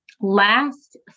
last